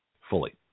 Fully